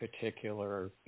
particular